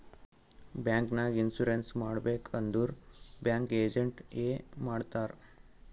bank ನಾಗ್ insurance ಮಾಡಬೇಕ್ ಅಂದುರ್ ಬ್ಯಾಂಕ್ ಏಜೆಂಟ್ ಎ ಮಾಡ್ತಾರ್